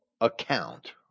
account